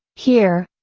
here,